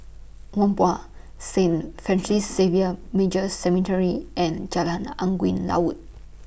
Whampoa Saint Francis Xavier Major Seminary and Jalan Angin Laut